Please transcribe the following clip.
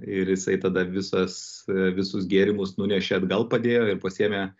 ir jisai tada visas visus gėrimus nunešė atgal padėjo ir pasiėmė